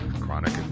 chronic